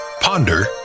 ponder